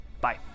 Bye